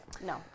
No